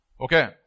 Okay